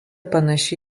panaši